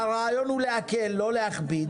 והרעיון הוא להקל ולא להכביד.